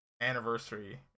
anniversary